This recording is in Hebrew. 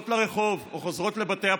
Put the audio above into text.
יהיה ראש ממשלה אחר אתה תומך בזה או לבטל את זה?